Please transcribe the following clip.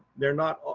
they're not,